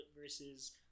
versus